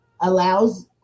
allows